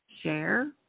share